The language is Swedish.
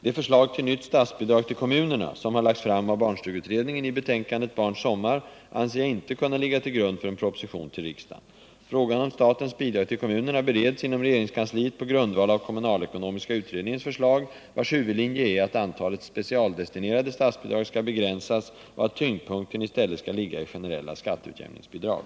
Det förslag till nytt statsbidrag till kommunerna som har lagts fram av barnstugeutredningen i betänkandet Barns sommar anser jag inte kunna ligga till grund för en proposition till riksdagen. Frågan om statens bidrag till kommunerna bereds inom regeringskansliet på grundval av kommunalekonomiska utredningens förslag, vars huvudlinje är att antalet specialdestinerade statsbidrag skall begränsas och att tyngdpunkten i stället skall ligga i generella skatteutjämningsbidrag.